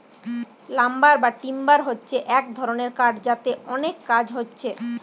lumber বা timber হচ্ছে এক রকমের কাঠ যাতে অনেক কাজ হচ্ছে